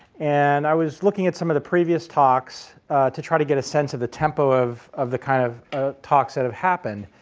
and i was looking at some of the previous talks to try to get a sense of the tempo of of the kind of ah talks that have happened.